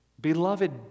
beloved